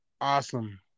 awesome